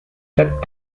tap